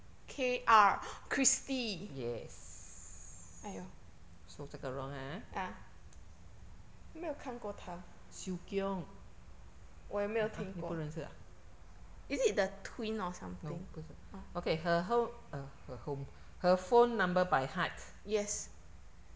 yes so 这个 wrong 啊 siu kiong !huh! 你不认识啊 no 不是 okay her home err her home her phone number by heart